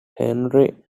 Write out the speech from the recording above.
henry